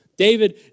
David